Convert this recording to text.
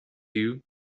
you